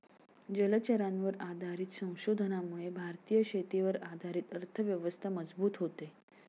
जलचरांवर आधारित संशोधनामुळे भारतीय शेतीवर आधारित अर्थव्यवस्था मजबूत होते